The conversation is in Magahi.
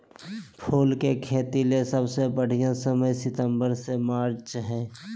फूल के खेतीले सबसे बढ़िया समय सितंबर से मार्च हई